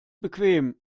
bequem